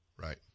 Right